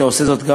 שאתה עושה זאת,